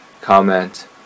comment